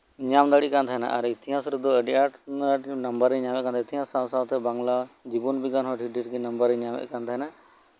ᱧᱟᱢ ᱫᱟᱲᱮᱭᱟᱜ ᱠᱟᱱ ᱛᱟᱦᱮᱸᱱᱟ ᱟᱨ ᱤᱛᱤᱦᱟᱸᱥ ᱨᱮᱫᱚ ᱟᱹᱰᱤ ᱟᱸᱴ ᱱᱟᱢᱵᱟᱨᱤᱧ ᱧᱟᱢᱮᱫ ᱛᱟᱦᱮᱸᱱᱟ ᱟᱨ ᱤᱛᱤᱦᱟᱸᱥ ᱥᱟᱶᱼᱥᱟᱶ ᱛᱮ ᱵᱟᱝᱞᱟ ᱡᱤᱵᱚᱱ ᱵᱤᱜᱽᱜᱟᱱ ᱨᱮᱦᱚᱸ ᱟᱹᱰᱤ ᱰᱷᱮᱦᱚᱸ ᱱᱟᱢᱵᱟᱨᱤᱧ ᱧᱟᱢᱮᱫ ᱛᱟᱦᱮᱸᱱᱟ